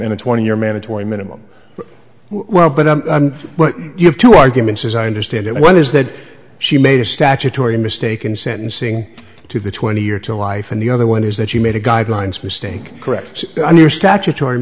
in a twenty year mandatory minimum well but you have two arguments as i understand it one is that she made a statutory mistake in sentencing to the twenty year to life and the other one is that she made a guidelines mistake correct under statutory